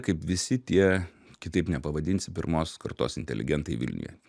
kaip visi tie kitaip nepavadinsi pirmos kartos inteligentai vilniuje